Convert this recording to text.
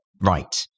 right